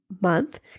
month